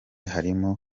harimo